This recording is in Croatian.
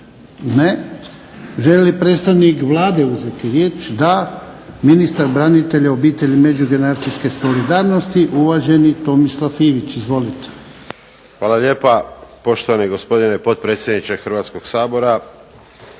Ne. Želi li predstavnik Vlade uzeti riječ? Da. Ministar branitelja, obitelji i međugeneracijske solidarnosti, uvaženi Tomislav Ivić. Izvolite. **Ivić, Tomislav (HDZ)** Hvala lijepa. Poštovani gospodine potpredsjedniče Hrvatskog sabora,